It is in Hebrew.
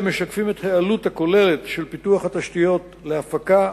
משקפים את העלות הכוללת של פיתוח התשתיות להפקה,